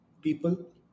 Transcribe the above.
people